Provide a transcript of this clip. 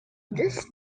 this